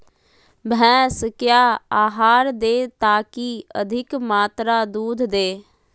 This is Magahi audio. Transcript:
भैंस क्या आहार दे ताकि अधिक मात्रा दूध दे?